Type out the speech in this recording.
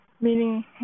meaning